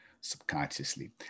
subconsciously